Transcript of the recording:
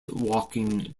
walking